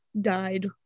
died